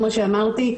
כמו שאמרתי,